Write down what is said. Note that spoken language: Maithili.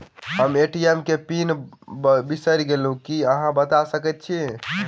हम ए.टी.एम केँ पिन बिसईर गेलू की अहाँ बता सकैत छी?